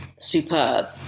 superb